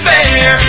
Fair